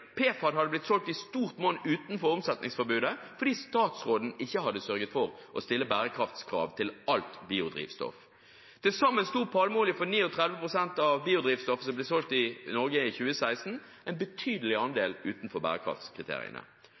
PFAD hadde blitt solgt i stort monn utenfor omsetningspåbudet fordi statsråden ikke hadde sørget for å stille bærekraftskrav til alt biodrivstoff. Til sammen sto palmeolje for 39 pst. av biodrivstoffet som ble solgt i Norge i 2016, en betydelig andel utenfor bærekraftskriteriene.